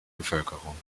bevölkerung